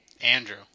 Andrew